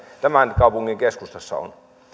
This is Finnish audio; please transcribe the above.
tämän kaupungin keskustassa on